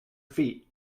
feet